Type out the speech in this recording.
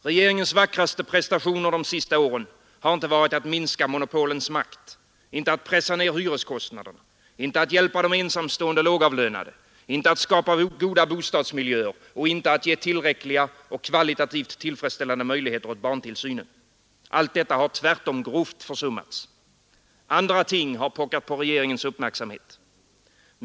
Regeringens vackraste prestationer de senaste åren har inte varit att minska monopolens makt, inte att pressa ner hyreskostnaderna, inte att hjälpa de ensamstående lågavlönade, inte att skapa goda bostadsmiljöer och inte att ge tillräckliga och kvalitativt tillfredsställande möjligheter åt barntillsynen. Allt detta har tvärtom grovt försummats. Andra ting har pockat på regeringens uppmärksamhet.